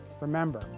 Remember